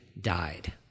died